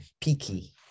picky